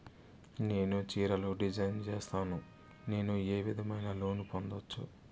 నేను చీరలు డిజైన్ సేస్తాను, నేను ఏ విధమైన లోను పొందొచ్చు